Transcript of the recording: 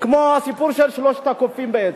כמו הסיפור של שלושת הקופים בעצם.